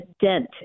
dent